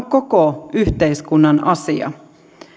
koko yhteiskunnan asia